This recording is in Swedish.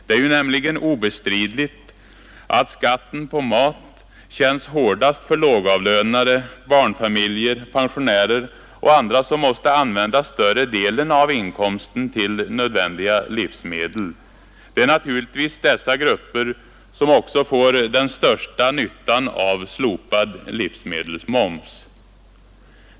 Det är nämligen obestridligt att skatten på mat känns hårdast för lågavlönade, barnfamiljer, pensionärer och andra som måste använda större delen av inkomsten till nödvändiga livsmedel. Det är naturligtvis också dessa grupper som får den största nyttan av slopad livsmedelsmoms.